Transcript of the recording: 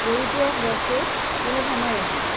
পৰিপূৰক বস্তুত কোনো ধৰণৰ ৰেহাই